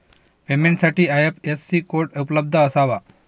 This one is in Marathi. पेमेंटसाठी आई.एफ.एस.सी कोड उपलब्ध असावा